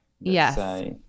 Yes